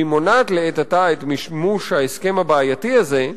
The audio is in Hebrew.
והיא מונעת לעת עתה את מימוש ההסכם הבעייתי הזה.